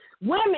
women